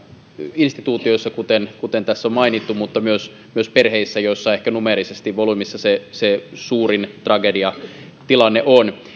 instituutioissa kuten kuten tässä on mainittu mutta myös myös perheissä joissa ehkä numeerisesti volyymiltaan se se suurin tragediatilanne on